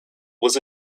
was